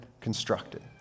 constructed